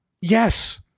Yes